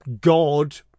God